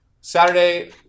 Saturday